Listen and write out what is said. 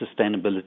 sustainability